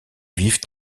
vivent